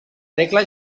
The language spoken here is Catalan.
regla